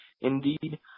indeed